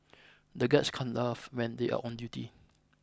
the guards can't laugh when they are on duty